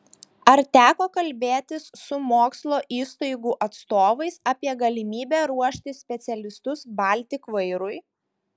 ar teko kalbėtis su mokslo įstaigų atstovais apie galimybę ruošti specialistus baltik vairui